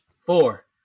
Four